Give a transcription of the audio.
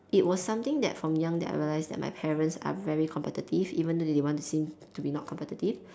it was something that from young that I realise that my parents are very competitive even though they want to seem to be not competitive